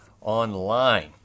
online